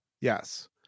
yes